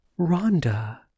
Rhonda